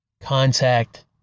contact